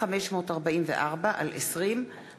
אורלי לוי אבקסיס ושרון גל,